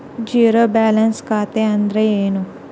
Zero balance ಖಾತೆ ಅಂದ್ರೆ ಏನು?